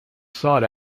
sought